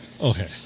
Okay